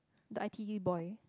the I_T_E boy